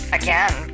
again